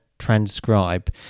Transcribe